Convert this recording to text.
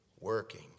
working